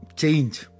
change